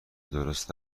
درست